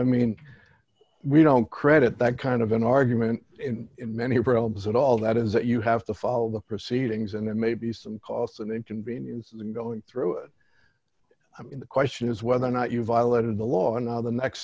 i mean we don't credit that kind of an argument in many realms and all that is that you have to follow the proceedings and there may be some cost and inconvenience in going through it i mean the question is whether or not you violated the law and how the next